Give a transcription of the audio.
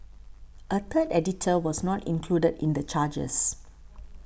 a third editor was not included in the charges